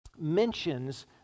mentions